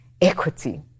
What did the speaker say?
equity